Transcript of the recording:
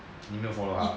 你没有 follow 他 ah